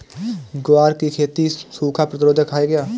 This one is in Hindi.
ग्वार की खेती सूखा प्रतीरोधक है क्या?